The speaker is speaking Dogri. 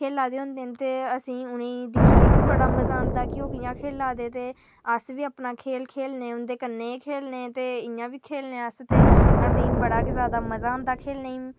खेढा दे होंदे न ते असें गी उ'नें दिक्खी बी बड़ा मजा औंदां के कि'यां खेढा दे न ओह् ते अस बी अपना खेढ खेढने उं'दे कन्नै खेढने इ'यां बी खेढने अस ते असेंगी बड़ा गै ज्यादा मजा औंदां खेढने गी